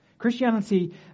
Christianity